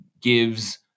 gives